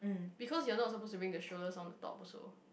because you're not supposed to bring the strollers on the top also